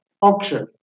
auction